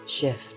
shift